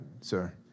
sir